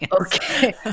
Okay